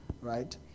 right